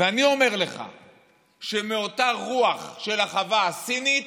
ואני אומר לך שמאותה רוח של החווה הסינית